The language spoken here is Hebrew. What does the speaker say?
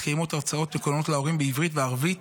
מתקיימות הרצאות מקוונות להורים בעברית ובערבית,